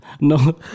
No